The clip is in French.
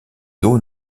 d’eau